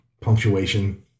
punctuation